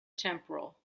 temporal